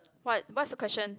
what what's the question